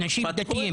האנשים הדתיים,